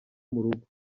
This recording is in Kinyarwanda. murugo